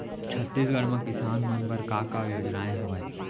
छत्तीसगढ़ म किसान मन बर का का योजनाएं हवय?